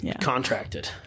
contracted